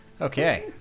Okay